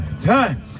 time